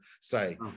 say